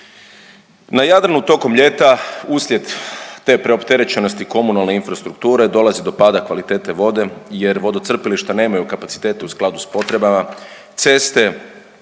Na Jadranu tokom ljeta uslijed te preopterećenosti komunalne infrastrukture, dolazi do pada kvalitete vode jer vodocrpilišta nemaju kapacitete u skladu s potrebama, ceste,